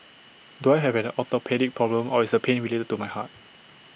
do I have an orthopaedic problem or is the pain related to my heart